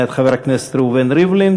מאת חבר הכנסת ראובן ריבלין,